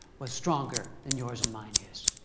was stronger than yours and mine is.